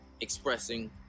expressing